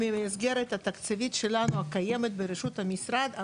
במסגרת התקציבית הקיימת ברשות המשרד שלנו,